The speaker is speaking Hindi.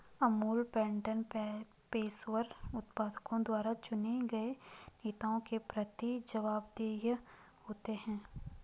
अमूल पैटर्न पेशेवर उत्पादकों द्वारा चुने गए नेताओं के प्रति जवाबदेह होते हैं